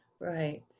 Right